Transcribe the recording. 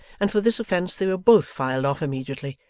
and for this offense they were both filed off immediately,